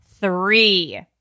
three